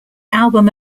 album